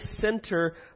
center